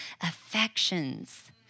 affections